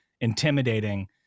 intimidating